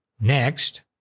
Next